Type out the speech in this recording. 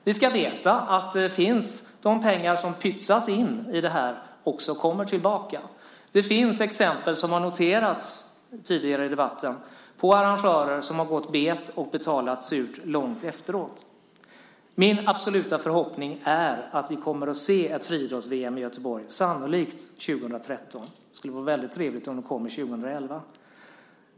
Vi ska veta att de pengar som pytsas in i det här också kommer tillbaka. Det finns exempel - som noterats tidigare i debatten - på arrangörer som har gått bet och som surt fått betala under en lång tid efteråt. Det är min absoluta förhoppning att vi kommer att se ett friidrotts-VM i Göteborg, sannolikt år 2013. Men det skulle vara väldigt trevligt om det kunde komma år 2011.